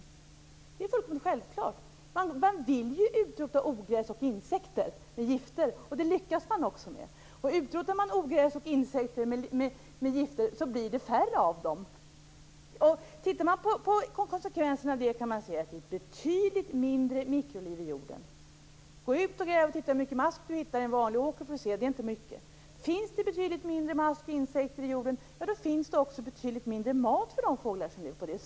Det är fullkomligt självklart. Man vill ju utrota ogräs och insekter med gifter, och det lyckas man också med. Utrotar man ogräs och insekter med gifter blir det färre av dem. Tittar man på konsekvenserna av det kan man se att det är betydligt mindre mikroliv i jorden. Gå ut och gräv och se hur mycket mask man hittar i en vanlig åker! Det är inte mycket. Finns det betydligt mindre mask och insekter i jorden finns det också betydligt mindre mat för de fåglar som lever av det.